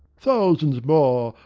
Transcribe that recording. thousands more,